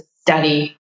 study